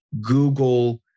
Google